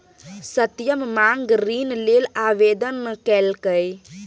सत्यम माँग ऋण लेल आवेदन केलकै